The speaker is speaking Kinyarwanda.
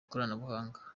ikoranabuhanga